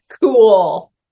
Cool